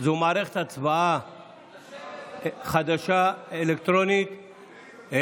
זו מערכת הצבעה חדשה, אלקטרונית.